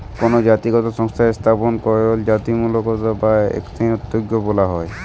কোনো জাতিগত সংস্থা স্থাপন কইরলে জাতিত্বমূলক বা এথনিক উদ্যোক্তা বলা হয়